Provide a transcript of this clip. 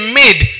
made